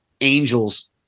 angels